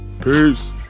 Peace